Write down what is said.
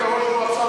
על הכול.